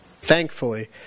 Thankfully